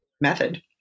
method